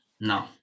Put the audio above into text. no